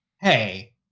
hey